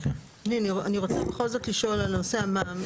אני רוצה בכל זאת לשאול על נושא המע"מ.